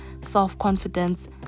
self-confidence